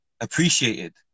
appreciated